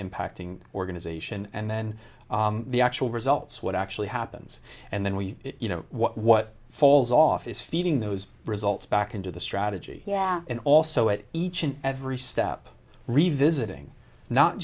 impacting organization and then the actual results what actually happens and then we you know what falls off is feeding those results back into the strategy yeah and also at each and every step revisiting not